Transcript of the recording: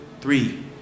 three